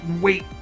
wait